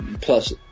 plus